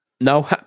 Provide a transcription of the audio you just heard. no